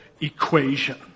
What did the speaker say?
equation